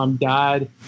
died